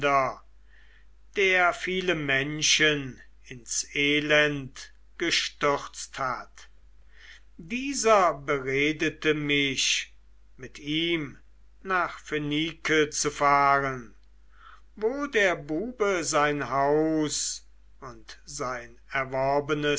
der viele menschen ins elend gestürzt hat dieser beredete mich mit ihm nach phönike zu fahren wo der bube sein haus und sein erworbenes